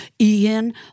Ian